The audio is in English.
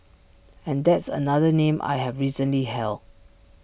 and that's another name I have recently held